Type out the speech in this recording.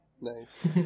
Nice